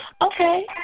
Okay